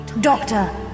Doctor